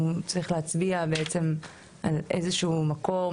הוא צריך להצביע בעצם על איזה שהוא מקור,